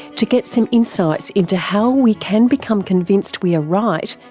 to get some insights into how we can become convinced we are right,